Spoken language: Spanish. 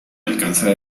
alcanzar